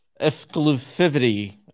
exclusivity